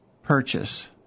Purchase